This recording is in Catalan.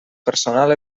personal